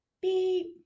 beep